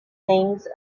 things